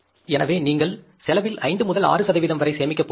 எனவே நீங்கள் செலவில் 5 முதல் 6 சதவீதம் வரை சேமிக்கப் போகிறீர்கள்